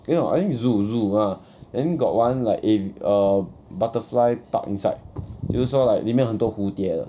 eh no eh zoo zoo ah then got one like av~ err butterfly park inside 就是说 like 里面很多蝴蝶